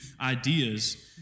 ideas